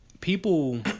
people